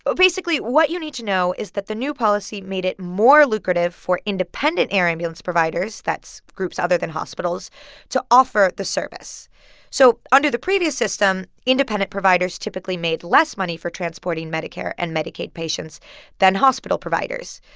but basically, what you need to know is that the new policy made it more lucrative for independent air ambulance providers that's groups other than hospitals to offer the service so under the previous system, independent providers typically made less money for transporting medicare and medicaid patients than hospital providers.